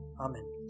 Amen